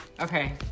Okay